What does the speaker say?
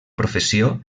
professió